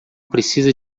precisa